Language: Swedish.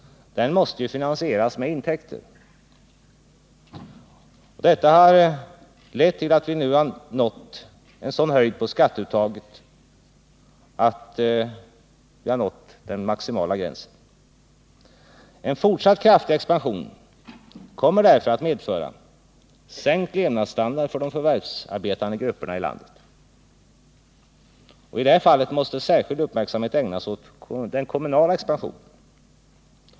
Den måste ju finansieras med intäkter. Det har lett till att skatteuttaget nu har en sådan höjd att den maximala gränsen har nåtts. En fortsatt kraftig expansion kommer att medföra sänkt levnadsstandard för de förvärvsarbetande grupperna i landet. I det fallet måste särskild uppmärksamhet ägnas åt den kommunala expansionen.